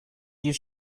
you